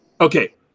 Okay